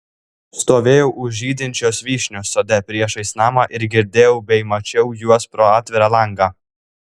stovėjau už žydinčios vyšnios sode priešais namą ir girdėjau bei mačiau juos pro atvirą langą